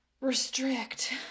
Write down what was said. restrict